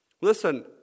Listen